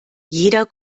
jeder